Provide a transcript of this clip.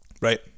Right